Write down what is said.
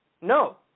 no